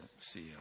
CEO